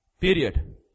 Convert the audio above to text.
Period